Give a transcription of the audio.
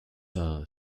are